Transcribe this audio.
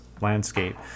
landscape